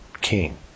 king